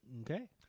Okay